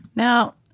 Now